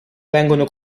vengono